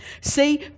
See